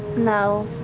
no.